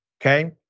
okay